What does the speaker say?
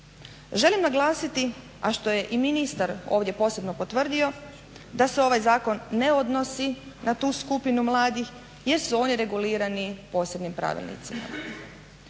Želim naglasiti, a što je i ministar ovdje posebno potvrdio da se ovaj zakon ne odnosi na tu skupinu mladih jer su oni regulirani posebnim pravilnicima.